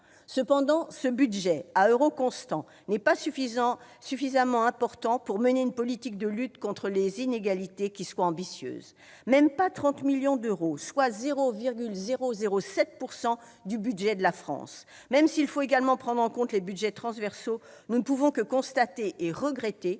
Cependant, le budget correspondant, à euros constants, n'est pas suffisamment important pour mener une politique de lutte contre les inégalités ambitieuse : il ne s'élève même pas à 30 millions d'euros, soit 0,007 % du budget de la France ! Même s'il faut également prendre en compte les budgets transversaux, nous ne pouvons que constater et regretter